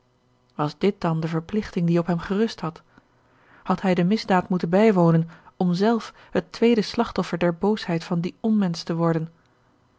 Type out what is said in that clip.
was dit dan de verpligting die op hem gerust had had hij de misdaad moeten bijwonen om zelf het tweede slagtoffer der boosheid van dien onmensch te worden